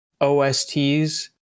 OSTs